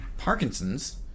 Parkinson's